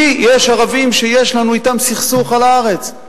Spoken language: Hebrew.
כי יש ערבים שיש לנו אתם סכסוך על הארץ.